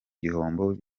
gihombo